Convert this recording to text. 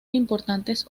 importantes